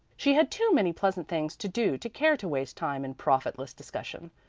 she had too many pleasant things to do to care to waste time in profitless discussion.